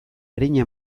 arina